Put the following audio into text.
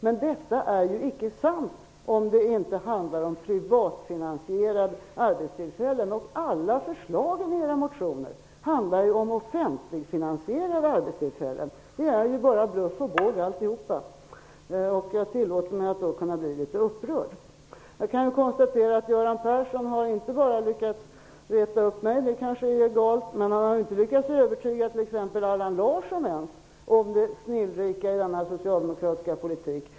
Men detta är ju icke sant, om det nu inte handlar om privatfinansierade arbetstillfällen. Alla förslag i era motioner handlar ju om offentligfinansierade arbetstillfällen. Det är ju bara bluff och båg alltihop, och jag tillåter mig därför att bli litet upprörd. Göran Persson har inte bara lyckats att reta upp mig, vilket kanske är egalt. Men han har inte ens lyckats övertyga t.ex. Allan Larsson om det snillrika i denna socialdemokratiska politik.